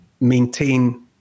maintain